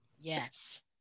Yes